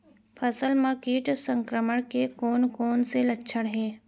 फसल म किट संक्रमण के कोन कोन से लक्षण हे?